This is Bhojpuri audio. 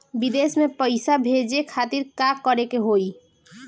विदेश मे पैसा भेजे खातिर का करे के होयी?